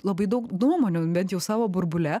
labai daug nuomonių bent jau savo burbule